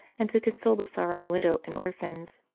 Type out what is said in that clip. and to console the sorrowing widow and orphans.